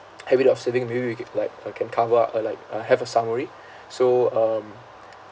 habit of saving maybe we could like uh can cover up uh like uh have a summary so um